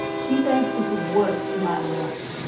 she says it's worse in latin america.